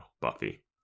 buffy